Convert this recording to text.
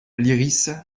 lyrisse